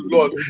Lord